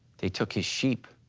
they took his sheep,